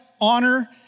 honor